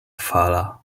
fala